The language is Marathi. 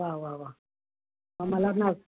वा वा वा मला ना